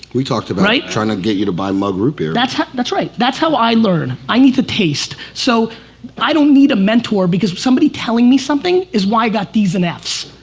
we talked about that. right? tryin' to get you to buy mug root beer. that's how, that's right. that's how i learn, i need to taste. so i don't need a mentor because if somebody telling me something is why i got d's and f's.